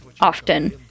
often